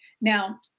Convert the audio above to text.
Now